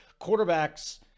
quarterbacks